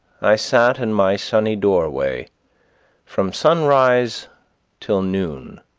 i sat in my sunny doorway from sunrise till noon,